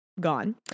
gone